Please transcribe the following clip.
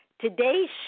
today's